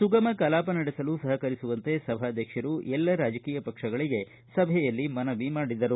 ಸುಗಮ ಕಲಾಪ ನಡೆಸಲು ಸಹಕರಿಸುವಂತೆ ಸಭಾಧ್ಯಕ್ಷರು ಎಲ್ಲ ರಾಜ್ಯಕಿಯ ಪಕ್ಷಗಳಿಗೆ ಸಭೆಯಲ್ಲಿ ಮನವಿ ಮಾಡಿದರು